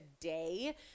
today